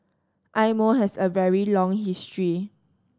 Eye Mo has a very long history